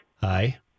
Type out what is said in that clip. Hi